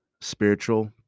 spiritual